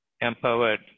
empowered